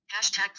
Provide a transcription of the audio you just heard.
Hashtag